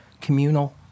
communal